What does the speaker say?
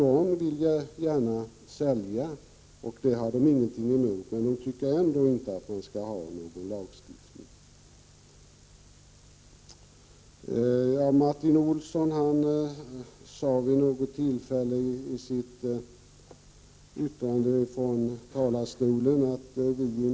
De vill gärna sälja, och de har alltså inget emot att göra det. Men de anser trots detta inte att vi skall ha någon lagstiftning. ”Vi inom centern”, sade Martin Olsson i sitt anförande från talarstolen.